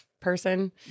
person